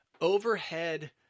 overhead